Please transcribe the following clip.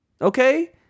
Okay